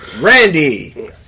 Randy